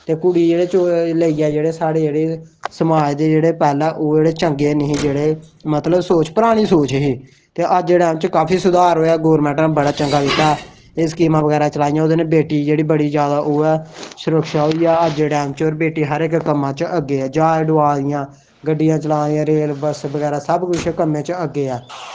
ते कुड़ी जेह्ड़ी लेइयै साढ़े जेह्ड़े समाज दे जेह्ड़े ओह् पैह्लें चंगे निं हे जेह्ड़े मतलब कि परानी सोच ही ते अज्ज दे टैम च काफी सुधार होआ गौरमेंट नै चंगा कीते दा एह् स्कीमां बगैरा कन्नै चलाइयां एह्दे कन्नै बेटी जेह्ड़ी ओह् ऐ सुरक्षा होई जा अज्जै दे टैम पर होर बेटी जेह्ड़ी ऐ अग्गें ऐ ज्हाज डोआ दियां गड्डियां चला दियां रेल बस्स बगैरा साढ़े कशा हर कम्मै ई अग्गें ऐ